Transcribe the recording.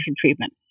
treatment